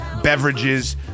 beverages